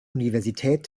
universität